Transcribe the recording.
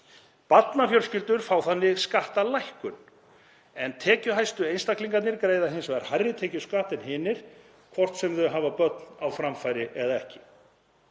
Barnafjölskyldur fá þannig skattalækkun en tekjuhæstu einstaklingarnir greiða hins vegar hærri tekjuskatta en hinir, hvort sem þau hafa börn á framfæri eða ekki.